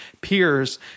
peers